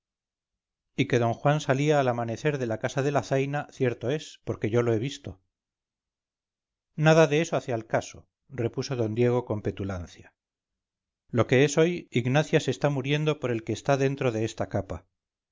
y que d juan salía al amanecer de casa de la zaina cierto es porque yo lo he visto nada de eso hace al caso repuso d diego con petulancia lo que es hoy ignacia se está muriendo por el que está dentro de esta capa